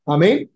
Amen